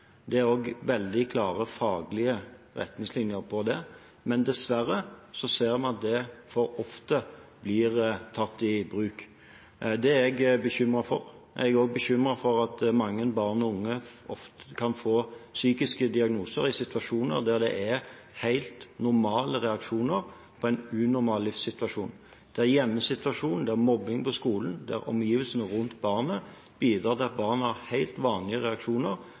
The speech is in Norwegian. er også veldig klare faglige retningslinjer for det. Men dessverre ser man at det for ofte blir tatt i bruk. Det er jeg bekymret for. Jeg er også bekymret for at mange barn og unge ofte kan få psykiske diagnoser i situasjoner der de har helt normale reaksjoner på en unormal livssituasjon. Det er hjemmesituasjonen, det er mobbing på skolen, der omgivelsene rundt barnet bidrar til at de har helt vanlige reaksjoner